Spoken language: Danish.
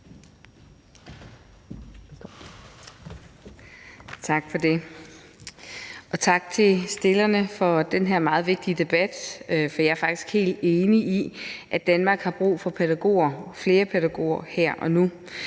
Tak for det. Og tak til forslagsstillerne for at rejse den her meget vigtige debat. Jeg er faktisk helt enig i, at Danmark har brug for flere pædagoger her og nu,